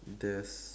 there's